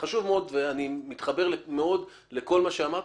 חשוב מאוד ואני מתחבר מאוד לכל מה שאמרת